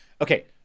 Okay